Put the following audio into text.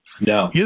No